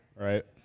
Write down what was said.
Right